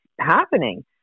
happening